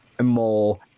more